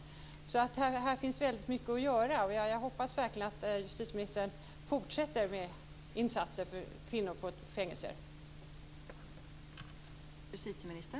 Här finns väldigt mycket att göra. Jag hoppas verkligen att justitieministern fortsätter med insatser för kvinnor på fängelser.